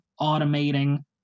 automating